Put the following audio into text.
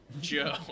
Joe